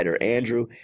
Andrew